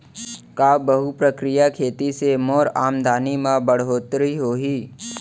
का बहुप्रकारिय खेती से मोर आमदनी म बढ़होत्तरी होही?